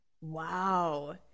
Wow